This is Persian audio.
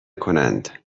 کنند